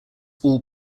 all